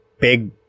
big